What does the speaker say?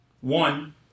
One